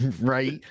right